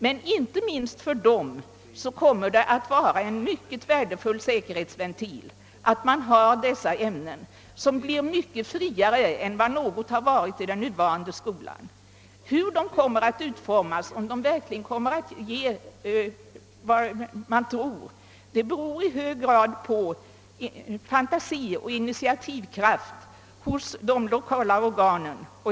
Men inte minst för dem kommer fritt valt arbete att vara en mycket värdefull säkerhetsventil; detta ämne blir mycket friare än något ämne i den nuvarande skolan är. Om det verkligen skall komma att ge vad man tror beror i hög grad på de lokala organens fantasi och initiativkraft.